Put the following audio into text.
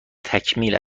تکمیل